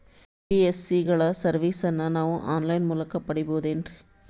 NBSC ಗಳ ಸರ್ವಿಸನ್ನ ನಾವು ಆನ್ ಲೈನ್ ಮೂಲಕ ಪಡೆಯಬಹುದೇನ್ರಿ?